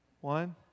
One